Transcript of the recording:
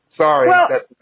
Sorry